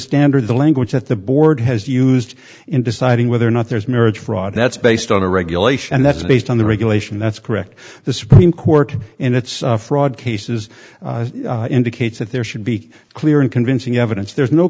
standard the language that the board has used in deciding whether or not there's marriage fraud that's based on a regulation that's based on the regulation that's correct the supreme court in its fraud cases indicates that there should be clear and convincing evidence there's no